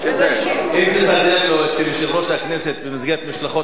שאלה אישית.